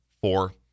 Four